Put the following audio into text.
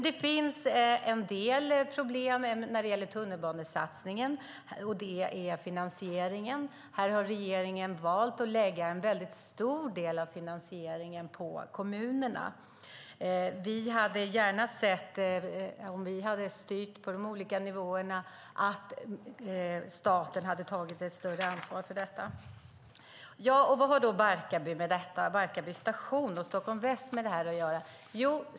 Det finns en del problem när det gäller tunnelbanesatsningen, nämligen finansieringen. Här har regeringen valt att lägga en stor del av finansieringen på kommunerna. Om vi socialdemokrater hade styrt på de olika nivåerna hade vi gärna sett att staten hade tagit ett större ansvar för detta. Vad har då Barkarby station och Stockholm väst med detta att göra?